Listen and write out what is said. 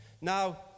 Now